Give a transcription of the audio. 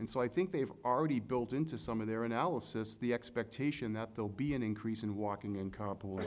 and so i think they've already built into some of their analysis the expectation that they'll be an increase in walking